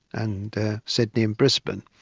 and sydney and brisbane.